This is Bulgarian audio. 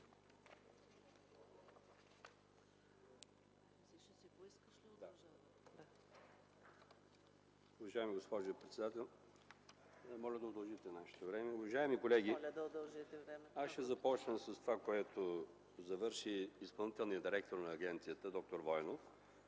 Уважаема госпожо председател, моля да удължите нашето време. Уважаеми колеги, ще започна с това, с което завърши изпълнителният директор на агенцията – д-р Войнов,